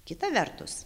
kita vertus